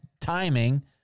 timing